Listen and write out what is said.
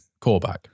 callback